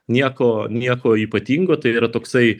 nieko nieko ypatingo tai yra toksai